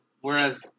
Whereas –